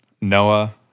Noah